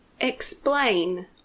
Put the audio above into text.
Explain